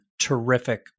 terrific